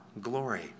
glory